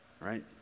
Right